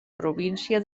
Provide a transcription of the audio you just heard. província